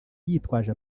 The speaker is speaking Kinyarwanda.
yitwaje